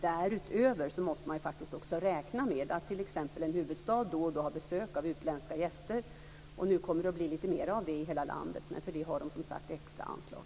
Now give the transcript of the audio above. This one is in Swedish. Därutöver måste man faktiskt också räkna med att en huvudstad t.ex. då och då har besök av utländska gäster, och nu kommer det att bli lite mera av det i hela landet. För det har den som sagt extra anslag.